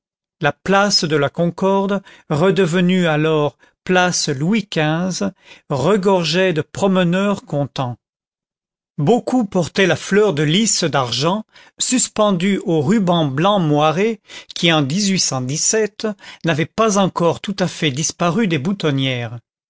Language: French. la place de la concorde redevenue alors place louis xv regorgeait de promeneurs contents beaucoup portaient la fleur de lys d'argent suspendue au ruban blanc moiré qui en n'avait pas encore tout à fait disparu des boutonnières